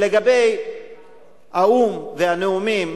ולגבי האו"ם והנאומים,